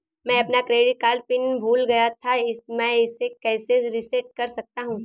मैं अपना credit card pin भूल गया था मैं इसे कैसे रीसेट कर सकता हूँ?